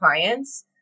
clients